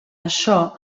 això